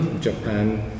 Japan